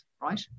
right